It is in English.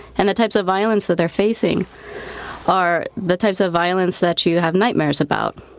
and the types of violence that they're facing are the types of violence that you have nightmares about.